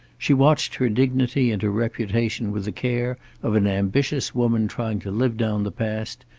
she watched her dignity and her reputation with the care of an ambitious woman trying to live down the past,